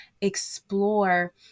explore